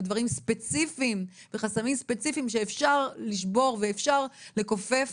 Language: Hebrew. בדברים ספציפיים וחסמים ספציפיים שאפשר לשבור ואפשר לכופף,